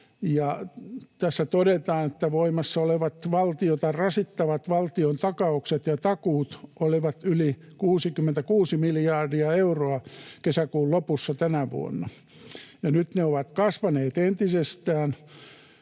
tässä todetaan, että voimassa olevat valtiota rasittavat valtiontakaukset ja ‑takuut olivat yli 66 miljardia euroa kesäkuun lopussa tänä vuonna. Nyt ne ovat kasvaneet entisestään